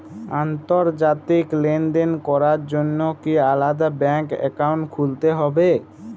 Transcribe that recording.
আন্তর্জাতিক লেনদেন করার জন্য কি আলাদা ব্যাংক অ্যাকাউন্ট খুলতে হবে?